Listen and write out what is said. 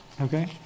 okay